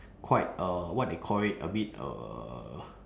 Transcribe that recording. quite uh what they call it a bit uhh